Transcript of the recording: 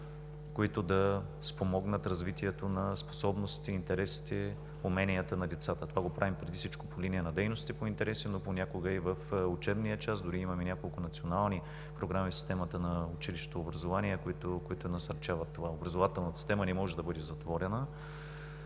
които да спомогнат развитието на способностите, интересите, уменията на децата. Това го правим преди всичко по линия на дейностите по интереси, но понякога и в учебния час. Дори имаме няколко национални програми в системата на училищното образование, които насърчават това. Образователната система не може да бъде затворена.